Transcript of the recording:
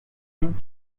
and